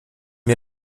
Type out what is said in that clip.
wir